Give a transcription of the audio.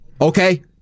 Okay